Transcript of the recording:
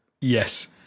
Yes